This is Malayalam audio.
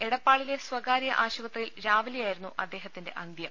എടപ്പാളിലെ സ്വകാര്യ ആശുപത്രിയിൽ രാവിലെയായിരുന്നു അദ്ദേഹത്തിന്റെ അന്ത്യം